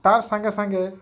ତା ସାଙ୍ଗେ ସାଙ୍ଗେ